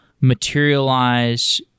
materialize